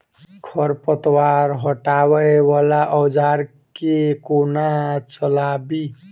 खरपतवार हटावय वला औजार केँ कोना चलाबी?